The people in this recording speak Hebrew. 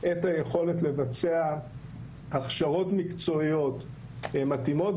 את היכולת לבצע הכשרות מקצועיות מתאימות,